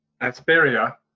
Asperia